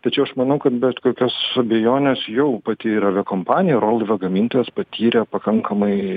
tačiau aš manau kad bet kokios abejonės jau pati yra aviakompanija rolfo gamintojas patyrė pakankamai